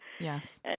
Yes